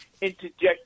interject